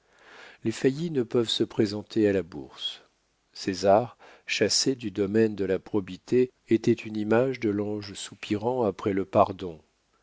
les faillis ne peuvent se présenter à la bourse césar chassé du domaine de la probité était une image de l'ange soupirant après le pardon